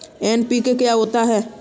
NPK क्या होता है?